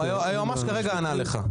הוא ממש כרגע ענה לך.